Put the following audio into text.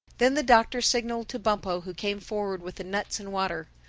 then the doctor signaled to bumpo who came forward with the nuts and water.